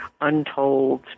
Untold